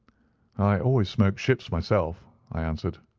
i always smoke ship's myself, i answered.